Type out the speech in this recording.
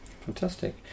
fantastic